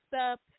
up